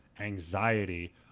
anxiety